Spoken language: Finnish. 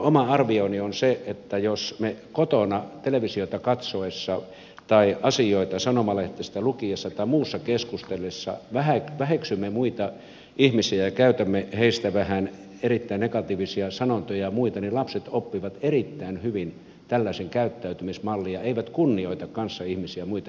oma arvioni on se että jos me kotona televisiota katsoessamme tai asioita sanomalehdestä lukiessamme tai muusta keskustellessamme väheksymme muita ihmisiä ja käytämme heistä erittäin negatiivisia sanontoja ja muita niin lapset oppivat erittäin hyvin tällaisen käyttäytymismallin eivätkä kunnioita kanssaihmisiä ja muita ihmisiä